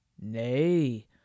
Nay